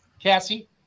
Cassie